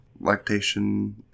lactation